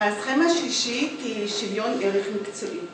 ‫ההסכם השלישי היא שוויון ערך מקצועי.